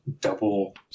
double